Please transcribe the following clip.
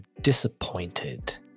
disappointed